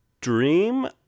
dream